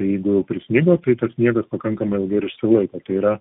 tai jeigu jau prisnigo tai tas sniegas pakankamai ilgai ir išsilaiko tai yra